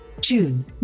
June